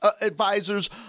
advisors